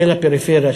של הפריפריה,